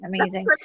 Amazing